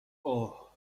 اوه